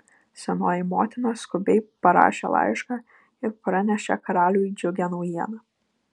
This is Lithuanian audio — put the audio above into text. senoji motina skubiai parašė laišką ir pranešė karaliui džiugią naujieną